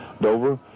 Dover